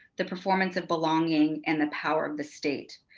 the performance of belonging and the power of the state.